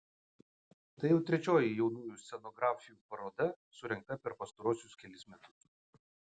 tai jau trečioji jaunųjų scenografių paroda surengta per pastaruosius kelis metus